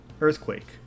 Earthquake